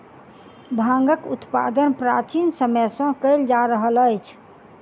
भांगक उत्पादन प्राचीन समय सॅ कयल जा रहल अछि